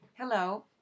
Hello